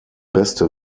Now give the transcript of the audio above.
beste